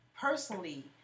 personally